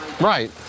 right